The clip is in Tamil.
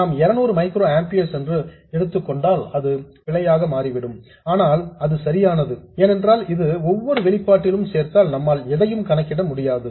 நாம் 200 மைக்ரோஆம்பியர்ஸ் என்று எடுத்துக் கொண்டால் அது பிழையாகிவிடும் ஆனால் அது சரியானது ஏனென்றால் இதை ஒவ்வொரு வெளிப்பாட்டிலும் சேர்த்தால் நம்மால் எதையும் கணக்கிட முடியாது